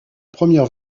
première